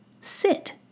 Sit